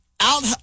out